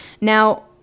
Now